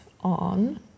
on